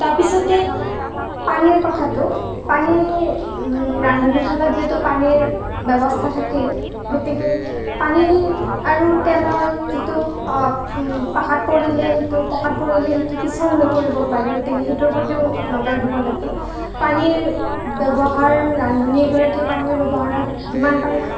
তাৰ পিছতে পানীৰ কথাটো পানী ৰান্ধনীশালত যিহেতু পানীৰ ব্যৱস্থা থাকেই গতিকে পানী আৰু তেলৰ যিটো পকাত পৰিলে সেইটো পকাত পৰিলে সেইটো পিছল হৈ পৰিব পাৰে গতিকে সেইটোৰ প্ৰতিও নজৰ দিব লাগে পানীৰ ব্যৱহাৰ ৰান্ধনী এগৰাকীয়ে পানীৰ ব্যৱহাৰত যিমান পাৰি